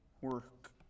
work